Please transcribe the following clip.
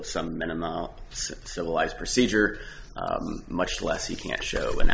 of some minimal civilized procedure much less you can't show an